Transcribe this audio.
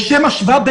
לשם השוואה,